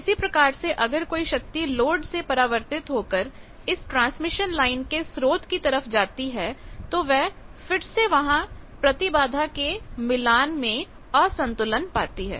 इसी प्रकार से अगर कोई शक्ति लोड से परावर्तित होकरइस ट्रांसमिशन लाइन के स्रोत की तरफ जाती है तो वह फिर से वहां प्रतिबाधा के मिलान में असंतुलन पाती है